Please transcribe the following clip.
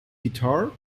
guitar